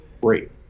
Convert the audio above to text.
great